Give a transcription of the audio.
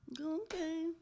okay